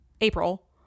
April